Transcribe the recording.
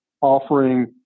offering